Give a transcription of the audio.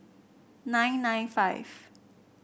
nine nine five